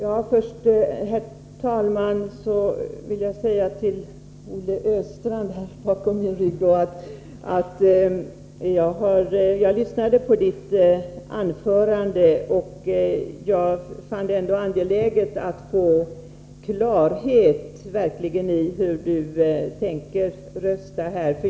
Herr talman! Först vill jag säga till Olle Östrand: Jag har lyssnat på hans anförande men fann det ändå angeläget att verkligen få klarhet i hur han tänker rösta.